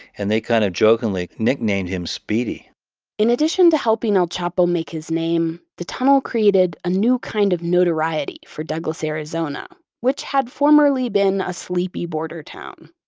and they kind of jokingly nicknamed him speedy in addition to helping el chapo make his name, the tunnel created a new kind of notoriety for douglas, arizona, which had formerly been a sleepy border town.